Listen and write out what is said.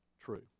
true